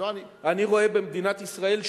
אני רואה במדינת ישראל,